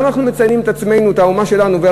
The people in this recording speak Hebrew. למה אנחנו מציינים את עצמנו, את האומה שלנו?